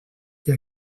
que